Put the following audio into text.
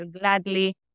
gladly